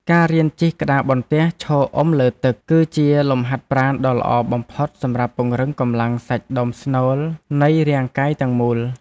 ការរៀនជិះក្តារបន្ទះឈរអុំលើទឹក គឺជាលំហាត់ប្រាណដ៏ល្អបំផុតសម្រាប់ពង្រឹងកម្លាំងសាច់ដុំស្នូលនៃរាងកាយទាំងមូល។